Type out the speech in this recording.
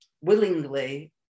willingly